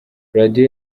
radio